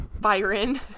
Byron